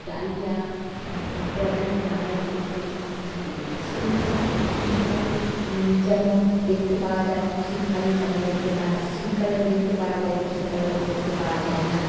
dahlia প্রভৃতি নানা রকম ফুল থাকে সেই ফুল গ্রীষ্মকালে যেমন দেখতে পাওয়া যায় শীতকালে তেমন দেখতে পাওয়া শীতকালে যেমন দেখতে পাওয়া যায় গ্রীষ্মকালে তেমন দেখতে পাওয়া যায় না